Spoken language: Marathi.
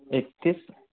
एकतीस